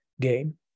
game